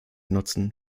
nutzen